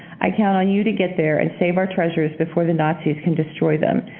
i count on you to get there and save our treasures before the nazis can destroy them.